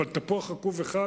אבל תפוח רקוב אחד,